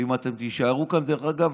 ואם אתם תישארו כאן, דרך אגב,